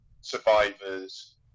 survivors